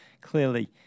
Clearly